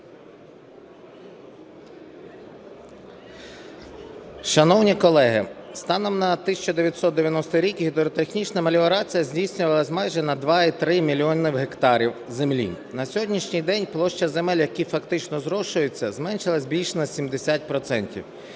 Шановні колеги, станом на 1990 рік гідротехнічна меліорація здійснювалась майже на 2,3 мільйона гектарах землі. На сьогоднішній день площа земель, які фактично зрошуються, зменшилась більш як на 70